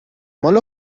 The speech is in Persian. مال